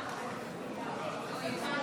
הכנסת,